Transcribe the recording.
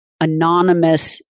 anonymous